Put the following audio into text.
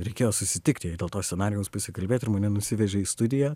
reikėjo susitikt jai dėl to scenarijaus pasikalbėt ir mane nusivežė į studiją